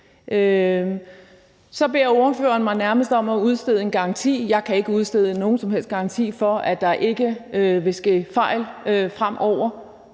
Så beder ordføreren mig nærmest om at udstede en garanti. Jeg kan ikke udstede nogen som helst garanti for, at der ikke vil ske fejl fremover,